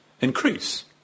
increase